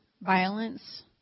violence